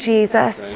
Jesus